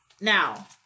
Now